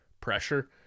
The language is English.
pressure